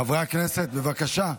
חברי הכנסת, בבקשה.